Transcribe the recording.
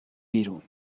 بیرون